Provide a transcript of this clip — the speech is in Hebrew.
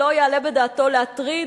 שלא יעלה בדעתו להטריד,